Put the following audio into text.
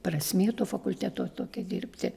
prasmė to fakulteto tokia dirbti